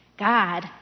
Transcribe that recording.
God